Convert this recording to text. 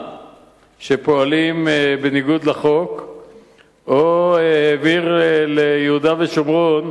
שפועלים בניגוד לחוק או העביר ליהודה ושומרון,